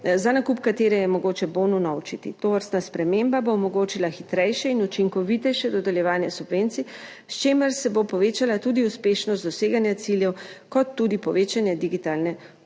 za nakup katere je mogoče bon vnovčiti. Tovrstna sprememba bo omogočila hitrejše in učinkovitejše dodeljevanje subvencij, s čimer se bo povečala tudi uspešnost doseganja ciljev kot tudi povečanje digitalne vključenosti.